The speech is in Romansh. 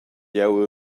jeu